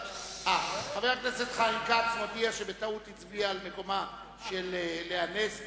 חבר הכנסת חיים כץ מודיע שבטעות הצביע ממקומה של חברת הכנסת לאה נס.